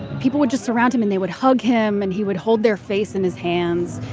people would just surround him and they would hug him and he would hold their face in his hands.